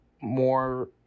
more –